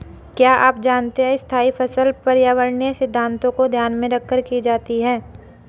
क्या आप जानते है स्थायी फसल पर्यावरणीय सिद्धान्तों को ध्यान में रखकर की जाती है?